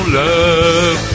love